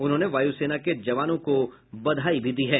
उन्होंने वायु सेना के जवानों को बधाई दी है